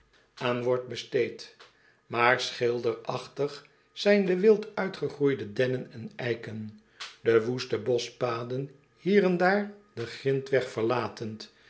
aan wordt besteed maar schilderachtig zijn de wild uitgegroeide dennen en eiken de woeste boschpaden hier en daar den grintweg verlatend